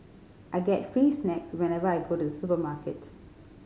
I get free snacks whenever I go to supermarket